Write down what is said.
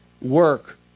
work